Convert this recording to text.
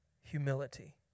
humility